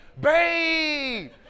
babe